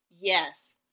Yes